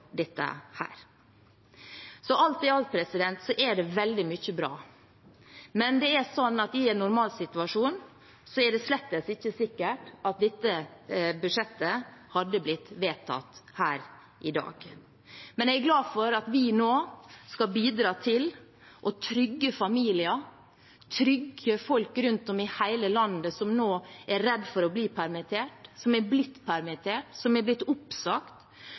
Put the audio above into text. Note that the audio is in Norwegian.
dette. Alt i alt er det veldig mye bra. I en normalsituasjon er det slett ikke sikkert at dette budsjettet hadde blitt vedtatt her i dag, men jeg er glad for at vi nå skal bidra til å trygge familier, trygge folk rundt om i hele landet som nå er redde for å bli permittert, som er blitt permittert, som er blitt oppsagt,